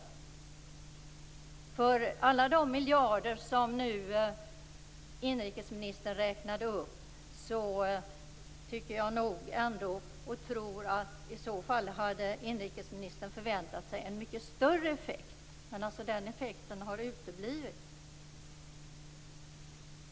För alla de miljarder som inrikesministern nu räknade upp tror jag att han hade förväntat sig en mycket större effekt. Den effekten har uteblivit.